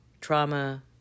trauma